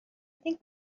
think